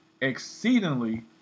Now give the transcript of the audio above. exceedingly